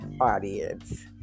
audience